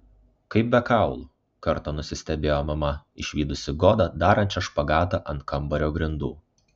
kaip be kaulų kartą nusistebėjo mama išvydusi godą darančią špagatą ant kambario grindų